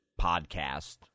podcast